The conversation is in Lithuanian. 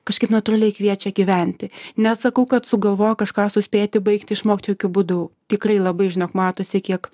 kažkaip natūraliai kviečia gyventi nesakau kad sugalvojau kažką suspėti baigti išmokti jokiu būdu tikrai labai žinok matosi kiek